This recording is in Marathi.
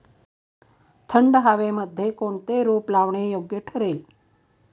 थंड हवेमध्ये कोणते रोप लावणे योग्य ठरेल?